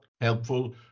helpful